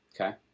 Okay